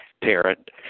parent